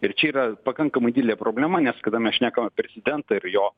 ir čia yra pakankamai didelė problema nes kada mes šnekam apie prezidentą ir jo